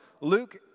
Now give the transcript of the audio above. Luke